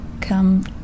come